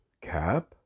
Cap